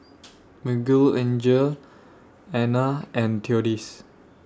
Miguelangel Anna and Theodis